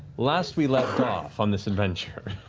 last we left off on this adventure